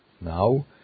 now